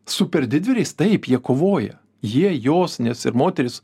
superdidvyriais taip jie kovoja jie jos nes ir moterys